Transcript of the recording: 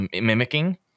mimicking